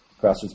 grassroots